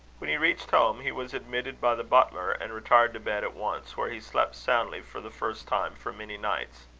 when he reached home, he was admitted by the butler, and retired to bed at once, where he slept soundly, for the first time for many nights.